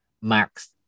Max